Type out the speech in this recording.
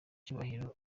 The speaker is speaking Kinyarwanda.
icyubahiro